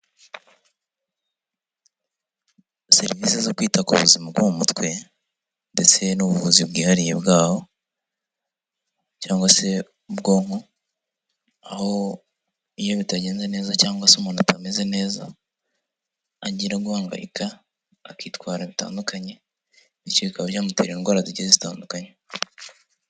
Serivise zo kwita ku buzima bwo mu mutwe ndetse n'ubuvuzi bwihariye bwawo cyangwa se ubwonko, aho iyo bitagenze neza cyangwa se umuntu atameze neza agira guhangayika akitwara bitandukanye, bityo bikaba byamutera indwara zigiye zitandukanye.